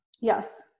Yes